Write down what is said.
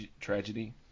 tragedy